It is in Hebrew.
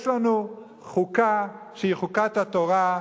יש לנו חוקה שהיא חוקת התורה,